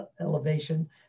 elevation